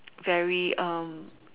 very um